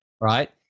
right